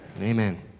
Amen